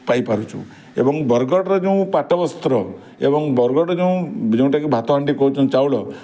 ପାଇପାରୁଛୁ ଏବଂ ବରଗଡ଼ର ଯେଉଁ ପାଟବସ୍ତ୍ର ଏବଂ ବରଗଡ଼ର ଯେଉଁ ଯେଉଁଟା କି ଭାତ ହାଣ୍ଡି କହୁଛନ୍ତି କି ଯେଉଁ ଚାଉଳ